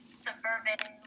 suburban